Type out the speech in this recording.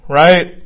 right